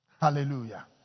Hallelujah